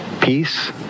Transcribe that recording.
peace